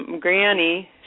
granny